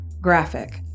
graphic